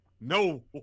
No